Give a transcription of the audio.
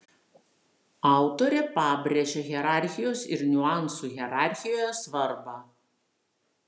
autorė pabrėžia hierarchijos ir niuansų hierarchijoje svarbą